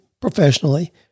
professionally